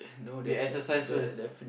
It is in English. we exercise first